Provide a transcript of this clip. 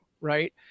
right